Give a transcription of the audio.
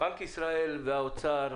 בנק ישראל והאוצר,